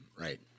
Right